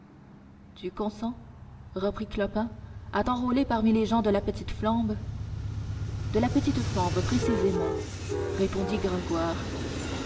tu consens reprit clopin à t'enrôler parmi les gens de la petite flambe de la petite flambe précisément répondit gringoire